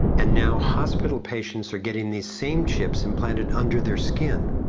and now hospital patients are getting these same chips implanted under their skin.